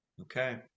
Okay